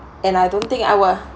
and I don't think I will